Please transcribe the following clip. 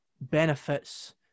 benefits